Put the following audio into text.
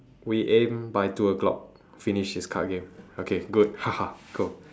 we aim by two o-clock finish this card game okay good go